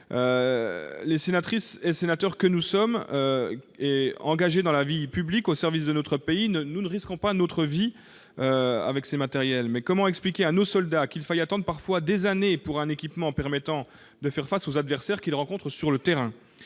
que sénatrices et sénateurs, nous sommes engagés dans la vie publique, au service de notre pays, mais nous ne risquons pas notre vie et n'avons nul besoin de tels matériels. Comment expliquer à nos soldats qu'il faille attendre parfois des années pour un équipement permettant de faire face aux adversaires qu'ils rencontrent sur le terrain ?